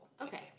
Okay